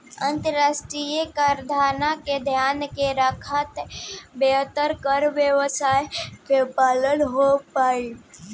अंतरराष्ट्रीय कराधान के ध्यान में रखकर बेहतर कर व्यावस्था के पालन हो पाईल